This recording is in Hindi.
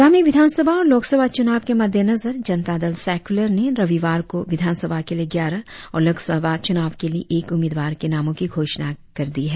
आगामी विधान सभा और लोक सभा चुनाव के मद्देनजर जनता दल सेकुलार ने रविवार को विधान सभा के लिए ग्यारह और लोक सभा चूनाव के लिए एक उम्मीदवार के नामों की घोषणा कर दी है